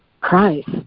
Christ